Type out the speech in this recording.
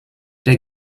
der